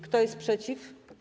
Kto jest przeciw?